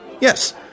Yes